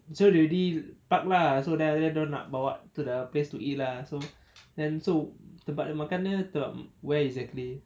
so they already park lah so then after that dia orang nak bawa to the place to eat lah so and so tempat makan dia at where exactly